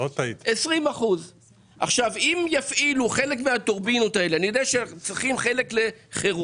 אם יפעילו חלק מהטורבינות האלה אני יודע שאנחנו צריכים חלק לחירום